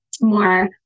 more